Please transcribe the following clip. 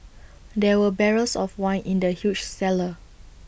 there were barrels of wine in the huge cellar